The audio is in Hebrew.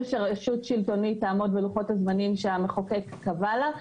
שרשות שלטונית תעמוד בלוחות זמנים שהמחוקק קבע לה,